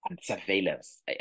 surveillance